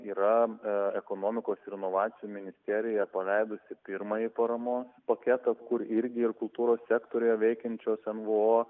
yra ekonomikos ir inovacijų ministerija paleidusi pirmąjį paramos paketą kur irgi ir kultūros sektoriuje veikiančios nvo